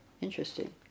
Interesting